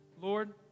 Lord